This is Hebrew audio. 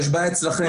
יש בעיה אצלכם.